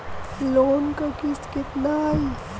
Loan क किस्त कितना आई?